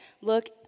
look